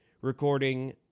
recording